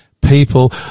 people